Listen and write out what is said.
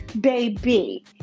baby